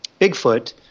Bigfoot